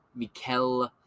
Mikkel